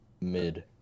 mid